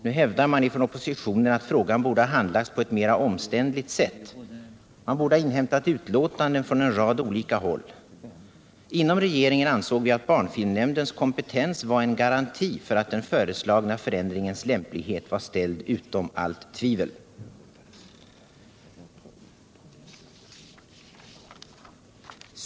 Nu hävdar oppositionen att frågan borde ha behandlats på ett mera omständligt sätt — man borde ha inhämtat utlåtande från en rad olika håll. Inom regeringen ansåg vi att barnfilmnämndens kompetens var en garanti för att den föreslagna förändringens lämplighet var ställd utom allt tvivel.